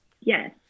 Yes